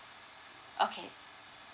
okay